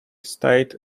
state